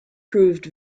proved